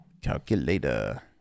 Calculator